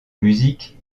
musique